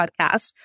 podcast